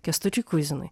kęstučiui kuzinui